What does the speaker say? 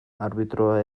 arbitroa